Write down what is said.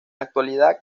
actualidad